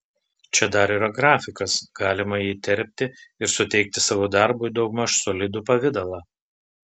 čia dar yra grafikas galima jį įterpti ir suteikti savo darbui daugmaž solidų pavidalą